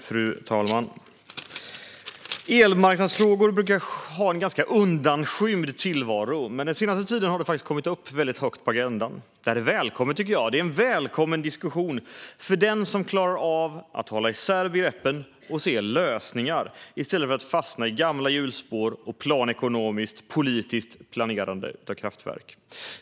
Fru talman! Elmarknadsfrågor brukar föra en ganska undanskymd tillvaro, men den senaste tiden har de faktiskt hamnat högt upp på agendan. Detta är välkommet, tycker jag, och det är en välkommen diskussion för den som klarar av att hålla isär begreppen och se lösningar i stället för att fastna i gamla hjulspår och planekonomiskt, politiskt planerande av kraftverk.